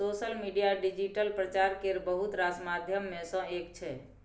social media digital प्रचार केर बहुत रास माध्यम मे सँ एक छै